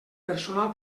personal